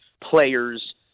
players